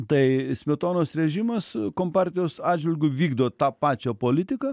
tai smetonos režimas kompartijos atžvilgiu vykdo tą pačią politiką